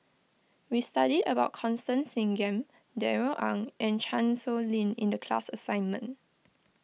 we studied about Constance Singam Darrell Ang and Chan Sow Lin in the class assignment